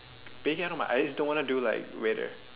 baking I don't mind I just don't want to do like waiter